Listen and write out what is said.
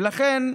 ולכן,